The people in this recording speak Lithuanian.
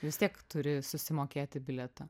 vis tiek turi susimokėti bilietą